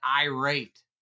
irate